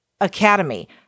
Academy